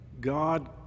God